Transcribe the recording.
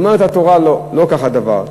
אומרת התורה: לא, לא כך הדבר.